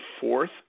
fourth